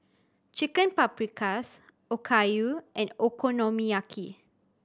Chicken Paprikas Okayu and Okonomiyaki